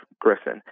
Griffin